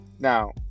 Now